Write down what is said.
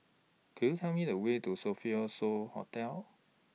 Could YOU Tell Me The Way to Sofitel So Hotel